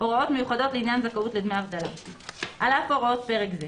"הוראות מיוחדות לעניין זכאות לדמי אבטלה 179ג. (א)על אף הוראות פרק זה,